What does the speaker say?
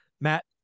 Matt